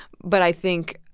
but i think,